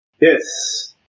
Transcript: Yes